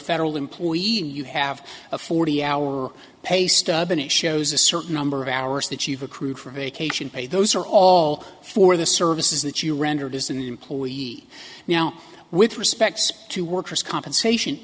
federal employee you have a forty hour pay stub in a shows a certain number of hours that you've accrued for vacation pay those are all for the services that you rendered as an employee now with respect to workers compensation